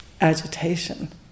agitation